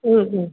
ಹ್ಞೂ ಹ್ಞೂ